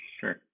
Sure